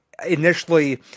initially